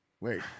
wait